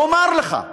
ואומר לך,